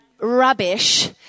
rubbish